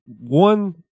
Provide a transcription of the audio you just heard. one